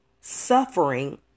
suffering